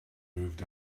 moved